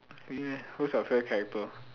really meh who is your favourite character